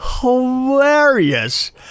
hilarious